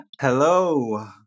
Hello